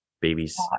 babies